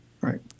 Right